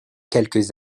quelques